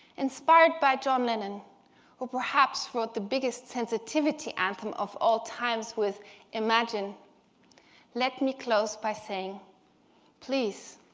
inspired by john lennon who perhaps wrote the biggest sensitivity anthem of all times with imagine let me close by saying please,